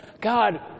God